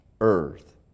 earth